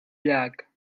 llac